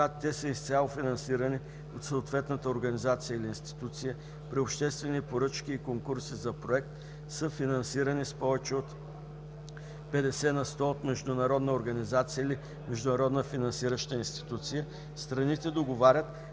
когато те са изцяло финансирани от съответната организация или институция; при обществени поръчки и конкурси за проект, съфинансирани с повече от 50 на сто от международна организация или международна финансираща институция, страните договарят